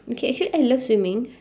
okay actually I love swimming